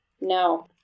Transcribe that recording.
No